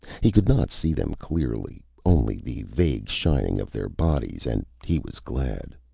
he could not see them clearly, only the vague shining of their bodies, and he was glad.